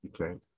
Okay